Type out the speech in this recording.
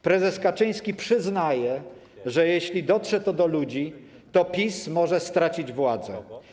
Prezes Kaczyński przyznaje, że jeśli dotrze to do ludzi, to PiS może stracić władzę.